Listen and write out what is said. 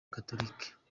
gatolika